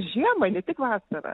žiemą ne tik vasarą